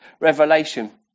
revelation